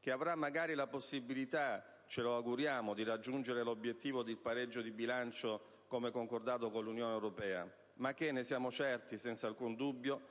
che avrà magari la possibilità - ce lo auguriamo - di raggiungere l'obiettivo del pareggio di bilancio, come concordato con l'Unione europea, ma che - ne siamo certi senza alcun dubbio